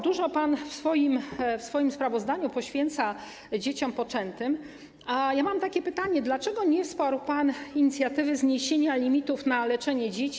Dużo miejsca w swoim sprawozdaniu poświęca pan dzieciom poczętym, a ja mam takie pytanie: Dlaczego nie wsparł pan inicjatywy zniesienia limitów na leczenie dzieci?